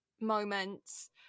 moments